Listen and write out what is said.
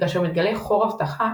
וכאשר מתגלה "חור אבטחה",